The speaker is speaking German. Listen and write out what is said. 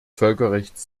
völkerrechts